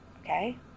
Okay